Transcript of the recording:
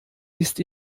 ist